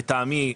לטעמי,